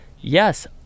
yes